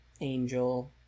Angel